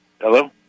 hello